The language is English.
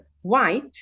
white